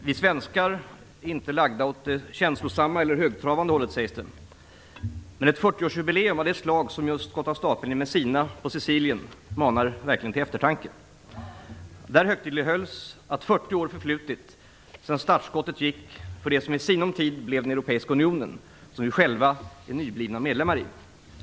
Fru talman! Vi svenskar är inte lagda åt det känslosamma eller högtravande hållet, sägs det. Men ett 40-årsjubileum av det slag som just gått av stapeln i Messina på Sicilien manar verkligen till eftertanke. Där högtidlighölls att 40 år förflutit sedan startskottet gick för det som i sinom tid blev den europeiska unionen, som vi själva är nyblivna medlemmar i.